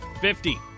Fifty